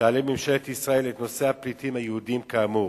תעלה ממשלת ישראל את נושא הפליטים היהודים, כאמור.